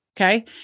okay